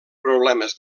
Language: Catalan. problemes